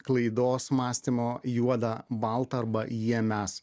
klaidos mąstymo juodą baltą arba jie mes